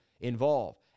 involved